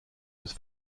was